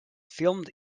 filmed